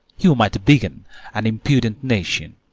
you might begin an impudent nation.